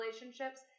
relationships